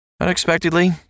Unexpectedly